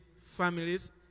families